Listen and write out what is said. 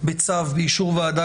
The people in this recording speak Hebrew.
בצו ואישור ועדה,